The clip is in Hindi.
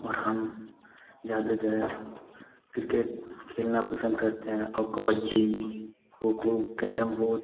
और हम ज़्यादातर किर्केट खेलना पसंद करते हैं और कबड्डी खो खो कैरम बोर्ड